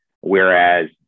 whereas